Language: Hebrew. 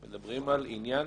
אנחנו מדברים על מיקום